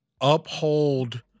Uphold